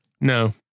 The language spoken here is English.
no